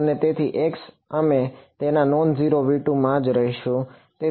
તેથી અમે તેના જ નોનઝેરો V2માં જ રહીશું